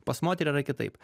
pas moterį yra kitaip